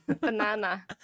Banana